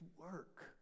work